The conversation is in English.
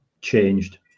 changed